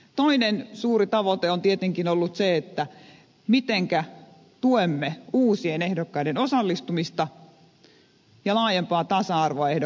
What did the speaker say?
toinen suuri tavoite on tietenkin ollut se mitenkä tuemme uusien ehdokkaiden osallistumista ja laajempaa tasa arvoa ehdokkaiden välillä